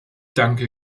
danke